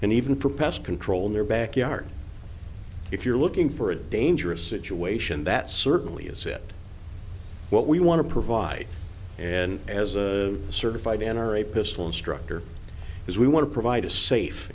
and even for pest control in your backyard if you're looking for a dangerous situation that certainly is it what we want to provide and as a certified enter a pistol instructor is we want to provide a safe